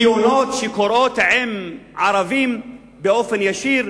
תאונות שקורות עם ערבים באופן ישיר,